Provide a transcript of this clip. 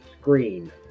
screen